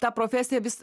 ta profesija vis kai